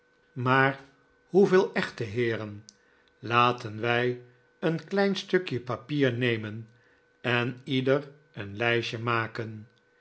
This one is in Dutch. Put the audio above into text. maar hoeveel echte heeren laten wij een klein stukje papier nemen en ieder een lijstje maken